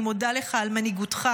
אני מודה לך על מנהיגותך,